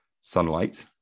sunlight